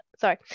Sorry